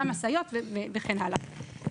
גם משאיות וכן הלאה.